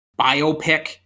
biopic